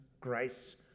grace